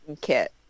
kit